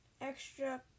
extra